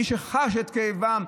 מי שחש את כאבם,